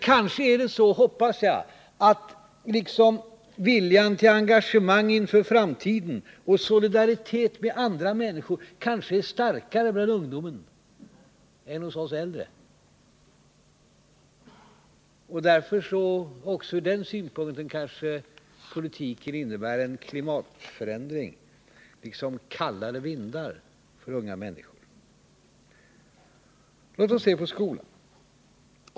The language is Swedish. Kanske är också, vilket jag hoppas, viljan till engagemang inför framtiden och solidariteten med andra människor starkare bland ungdomar än hos oss äldre. Även från den synpunkten kanske politiken innebär en klimatförändring — kallare vindar — för unga människor. Låt oss se på skolan.